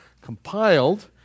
compiled